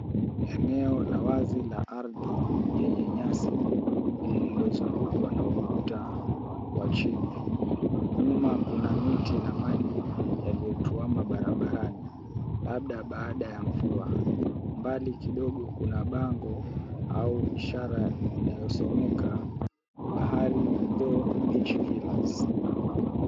Eneo la wazi la ardhi yenye nyasi lililozungukwa na ukuta wa chini. Nyuma kuna miti na maji yaliyotuama barabarani, labda baada ya mvua. Mbali kidogo kuna bango au ishara inayosomeka, Bahari Dhow Beach Villas.